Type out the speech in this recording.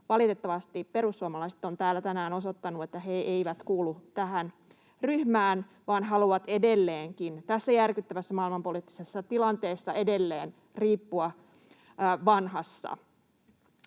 Valitettavasti perussuomalaiset ovat täällä tänään osoittaneet, että he eivät kuulu tähän ryhmään vaan haluavat edelleenkin, tässä